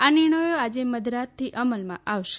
આ નિર્ણયો આજે મધરાતથી અમલમાં આવશે